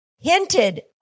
hinted